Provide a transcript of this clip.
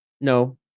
no